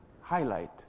Highlight